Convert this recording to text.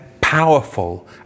powerful